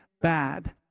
bad